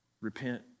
Repent